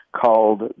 called